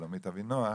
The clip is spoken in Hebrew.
שלומית אבינוח,